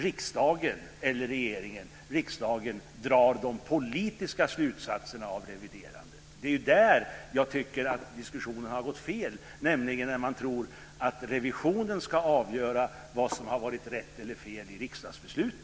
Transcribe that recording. Riksdagen eller regeringen drar sedan de politiska slutsatserna av reviderandet. Det är där jag tycker att diskussionen har gått fel, nämligen när man tror att revisionen ska avgöra vad som har varit rätt eller fel i riksdagsbeslutet.